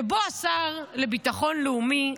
שבו השר לביטחון לאומי,